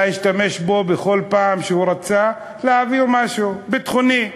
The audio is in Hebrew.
השתמש בו בכל פעם שהוא רצה להעביר משהו ביטחוני.